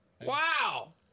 Wow